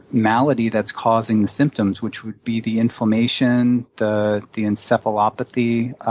malady that's causing the symptoms, which would be the inflammation, the the encephalopathy,